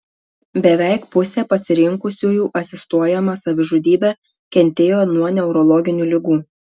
beveik pusė pasirinkusiųjų asistuojamą savižudybę kentėjo nuo neurologinių ligų